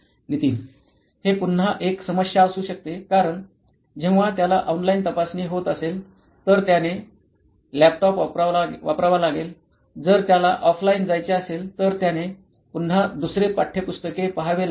नितीन हे पुन्हा एक समस्या असू शकते कारण जेव्हा त्याला ऑनलाइन तपासणी होत असेल तर त्याने लॅपटॉप वापरावा लागेल जर त्याला ऑफलाईन जायचे असेल तर त्याने पुन्हा दुसरे पाठ्यपुस्तके पाहावे लागेल